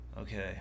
Okay